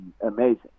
amazing